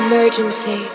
Emergency